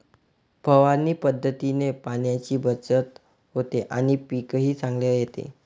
फवारणी पद्धतीने पाण्याची बचत होते आणि पीकही चांगले येते